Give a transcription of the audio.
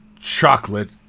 chocolate